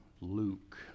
Luke